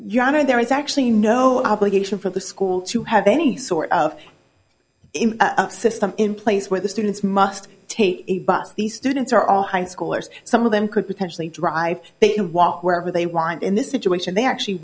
yonder there is actually no obligation for the school to have any sort of system in place where the students must take a bus the students are all high schoolers some of them could potentially drive they can walk wherever they want in this situation they actually